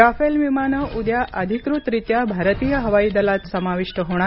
Rafale विमानं उद्या अधिकृतरित्या भारतीय हवाई दलात समाविष्ट होणार